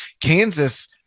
Kansas